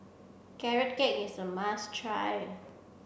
carrot cake is a must try